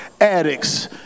addicts